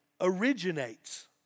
originates